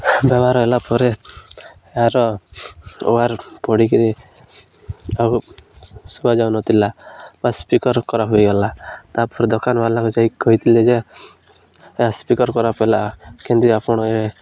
ବ୍ୟବହାର ହେଲା ପରେ ଏହାର ଓୱେର୍ ପୋଡ଼ିକିରି ଆଉ ଶୁଭା ଯାଉନଥିଲା ବା ସ୍ପିକର୍ ଖରାପ ହୋଇଗଲା ତାପରେ ଦୋକାନବାଲାକୁ ଯାଇକି କହିଥିଲେ ଯେ ଏ ସ୍ପିକର ଖରାପ ହେଲା କେମିତି ଆପଣ ଏ